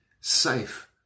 Safe